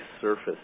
surface